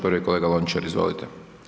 Prvi je kolega Lončar, izvolite.